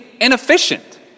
inefficient